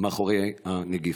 אחרי הנגיף.